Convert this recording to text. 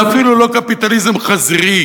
זה אפילו לא קפיטליזם חזירי,